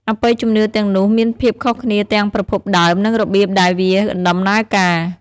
អបិយជំនឿទាំងនោះមានភាពខុសគ្នាទាំងប្រភពដើមនិងរបៀបដែលវាដំណើរការ។